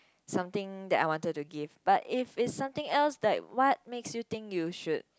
something that I wanted to give but if it's something else that what makes you think you should